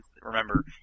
remember